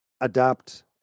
adapt